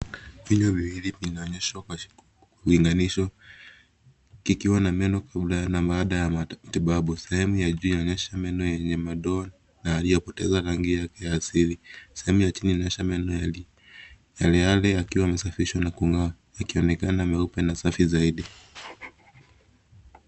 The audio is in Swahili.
Vinywa viwili vinaonyeshwa kwa kulinganishwa, kikiwa na meno kabla na baada ya matibabu. Sehemu ya juu inaonyesha meno yenye madoa na yaliyopoteza rangi yake ya asili. Sehemu ya chini inaonyesha meno yaliyo hali yakiwa yamesafishwa na kung'aa, yakionekana meupe na safi zaidi.